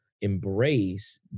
embrace